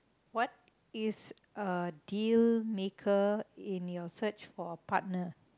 what is a deal maker in your search for a partner